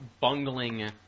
bungling